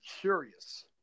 curious